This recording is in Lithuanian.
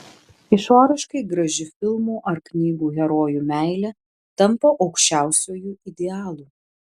išoriškai graži filmų ar knygų herojų meilė tampa aukščiausiuoju idealu